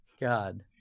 God